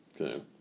Okay